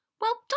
Well